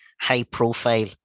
high-profile